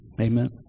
Amen